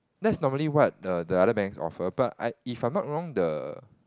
that's normally what the the other banks offer but I if I am not wrong the